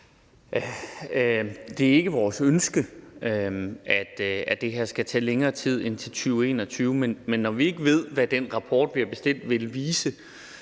Det er ikke vores ønske, at det her skal tage længere tid end til 2021, men når vi ikke ved, hvad den rapport, vi har bestilt, vil vise,